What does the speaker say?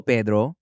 Pedro